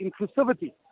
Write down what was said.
inclusivity